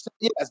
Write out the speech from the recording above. Yes